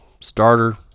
Starter